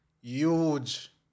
huge